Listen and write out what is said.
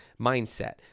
mindset